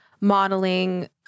modeling